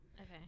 Okay